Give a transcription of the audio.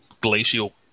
glacial